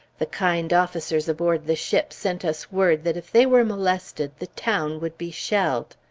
the kind officers aboard the ship sent us word that if they were molested, the town would be shelled.